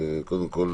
קודם כול,